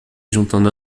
juntando